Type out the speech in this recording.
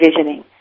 visioning